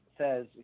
says